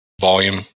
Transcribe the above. volume